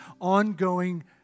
ongoing